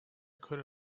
could